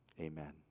Amen